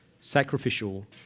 sacrificial